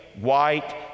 white